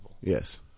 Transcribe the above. Yes